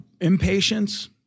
impatience